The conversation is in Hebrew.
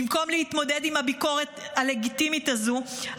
במקום להתמודד עם הביקורת הלגיטימית הזו,